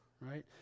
right